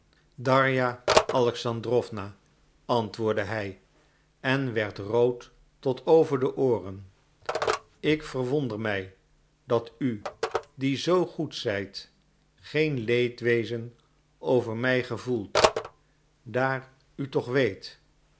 darja alexandrowna antwoordde hij en werd rood tot over de ooren ik verwonder mij dat u die zoo goed zijt geen leedwezen over mij gevoelt daar u toch weet